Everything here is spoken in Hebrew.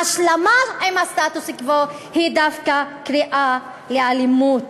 ההשלמה עם הסטטוס-קוו היא דווקא קריאה לאלימות,